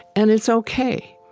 and it's ok.